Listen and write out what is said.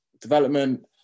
development